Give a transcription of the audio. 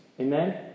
Amen